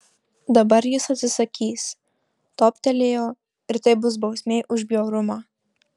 dabar jis atsisakys toptelėjo ir tai bus bausmė už bjaurumą